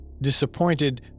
Disappointed